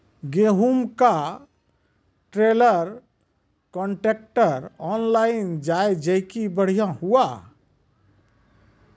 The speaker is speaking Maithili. गेहूँ का ट्रेलर कांट्रेक्टर ऑनलाइन जाए जैकी बढ़िया हुआ